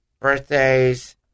birthdays